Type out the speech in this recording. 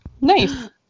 Nice